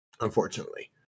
Unfortunately